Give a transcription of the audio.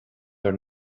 bhur